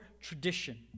tradition